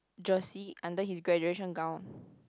jersey under his graduation gown